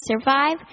survive